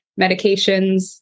medications